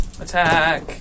Attack